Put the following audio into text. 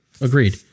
Agreed